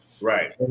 Right